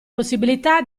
possibilità